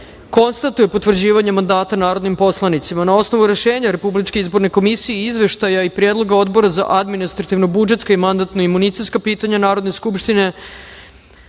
konstatuje potvrđivanje mandata narodnim poslanicima. Na osnovu Rešenja RIK i Izveštaja i predloga Odbora za administrativno-budžetska i mandatno-imunitetska pitanja Narodne skupštine,